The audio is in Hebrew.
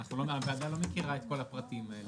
הוועדה לא מכירה את כל הפרטים האלה.